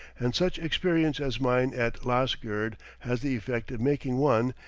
and such experience as mine at lasgird has the effect of making one,